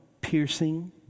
piercing